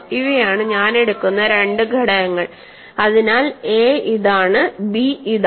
ഇവയാണ് ഞാൻ എടുക്കുന്ന രണ്ട് ഘടകങ്ങൾ അതിനാൽ എ ഇതാണ് ബി ഇതാണ്